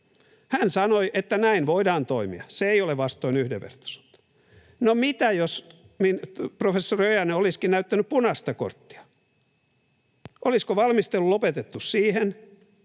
Hän sanoi, että näin voidaan toimia, se ei ole vastoin yhdenvertaisuutta. No mitä jos professori Ojanen olisikin näyttänyt punaista korttia? Olisiko valmistelu lopetettu siihen,